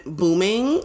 booming